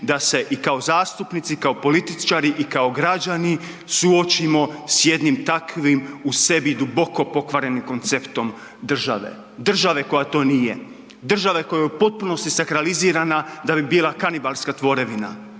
da se i kao zastupnici i kao političari i kao građani suočimo s jednim takvim u sebi duboko pokvarenim konceptom države države koja to nije, države koja je u potpunosti sakralizirana da bi bila kanibalska tvorevina,